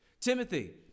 Timothy